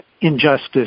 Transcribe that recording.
injustice